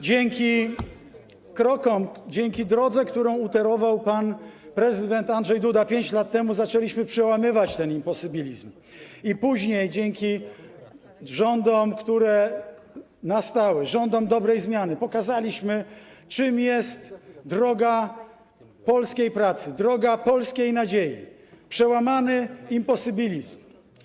Dzięki krokom, dzięki drodze, którą utorował pan prezydent Andrzej Duda 5 lat temu, zaczęliśmy przełamywać ten imposybilizm i później dzięki rządom, które nastały, rządom dobrej zmiany, pokazaliśmy, czym jest droga polskiej pracy, droga polskiej nadziei, przełamany imposybilizm.